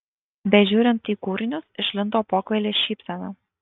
bežiūrint į kūrinius išlindo pokvailė šypsena